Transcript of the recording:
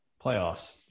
playoffs –